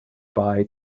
bye